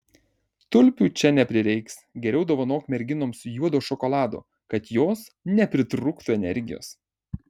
tulpių čia neprireiks geriau dovanok merginoms juodo šokolado kad jos nepritrūktų energijos